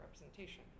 representation